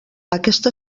aquesta